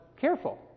careful